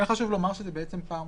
חשוב לומר שזו פעם ראשונה,